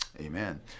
Amen